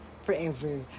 forever